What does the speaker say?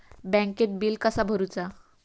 बँकेत बिल कसा भरुचा?